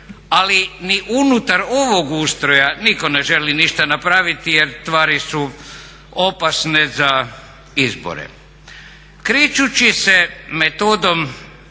Ali ni unutar ovog ustroja nitko ne želi ništa napraviti jer stvari su opasne iz izbore. Krećući se metodom